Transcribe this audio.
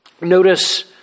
Notice